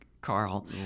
Carl